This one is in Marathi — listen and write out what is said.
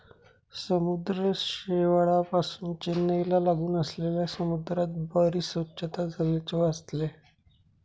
समुद्र शेवाळापासुन चेन्नईला लागून असलेल्या समुद्रात बरीच स्वच्छता झाल्याचे वाचले